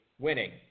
winning